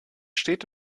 steht